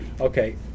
Okay